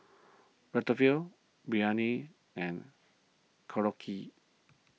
Biryani and Korokke